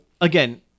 again